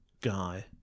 guy